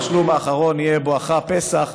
התשלום האחרון יהיה בואכה פסח.